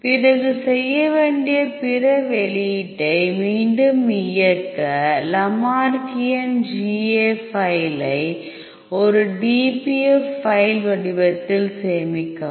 பிறகு செய்ய வேண்டிய பிற வெளியீட்டை மீண்டும் இயக்க லாமர்கியன் GA ஃபைலை ஒரு dpf ஃபைல் வடிவத்தில் சேமிக்கவும்